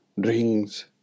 drinks